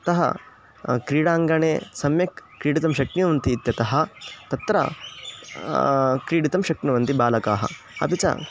अतः क्रीडाङ्गणे सम्यक् क्रीडितुं शक्नुवन्ति इत्यतः तत्र क्रीडितुं शक्नुवन्ति बालकाः अपि च